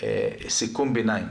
סיכום ביניים.